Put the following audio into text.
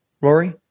Rory